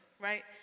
right